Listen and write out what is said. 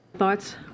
thoughts